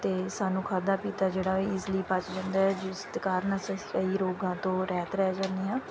ਅਤੇ ਸਾਨੂੰ ਖਾਧਾ ਪੀਤਾ ਜਿਹੜਾ ਉਹ ਈਜਲੀ ਪਚ ਜਾਂਦਾ ਜਿਸ ਦੇ ਕਾਰਨ ਅਸੀਂ ਕਈ ਰੋਗਾਂ ਤੋਂ ਰਹਿਤ ਰਹਿ ਜਾਂਦੇ ਹਾਂ